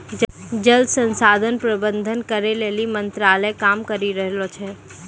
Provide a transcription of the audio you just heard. जल संसाधन प्रबंधन करै लेली मंत्रालय काम करी रहलो छै